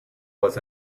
was